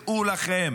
דעו לכם